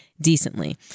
decently